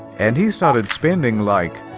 and he started spending like.